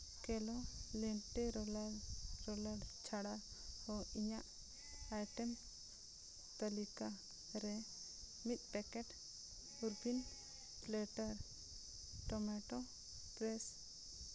kilo ᱞᱤᱱᱴᱮᱨᱚᱞᱟ ᱨᱚᱞᱟᱨ ᱪᱷᱟᱲᱟ ᱦᱚᱸ ᱤᱧᱟᱹᱜ ᱟᱭᱴᱮᱢ ᱛᱟᱹᱞᱤᱠᱟ ᱨᱮ ᱢᱤᱫ ᱯᱮᱠᱮᱴ ᱩᱨᱵᱤᱱ ᱞᱮᱴᱟᱨ ᱴᱚᱢᱮᱴᱳ ᱯᱨᱮᱥ